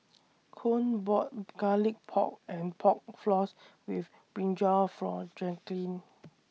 Coen bought Garlic Pork and Pork Floss with Brinjal For Jaquelin